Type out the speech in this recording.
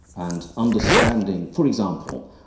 and understanding, for example,